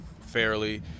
fairly